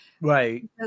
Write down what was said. Right